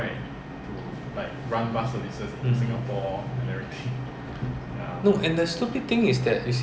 so 你跑就是你不 danger but 如果你的车是新加坡的车牌啊